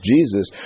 Jesus